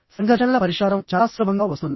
సంఘర్షణల పరిష్కారం చాలా సులభంగా వస్తుంది